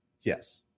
yes